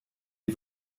die